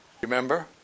Remember